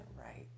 right